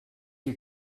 you